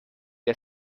der